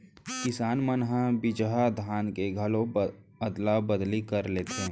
किसान मन ह बिजहा धान के घलोक अदला बदली कर लेथे